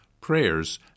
prayers